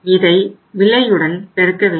இதை விலையுடன் பெருக்க வேண்டும்